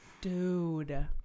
Dude